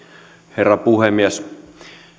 herra puhemies